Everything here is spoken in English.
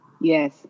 yes